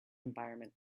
environment